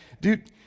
dude